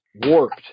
warped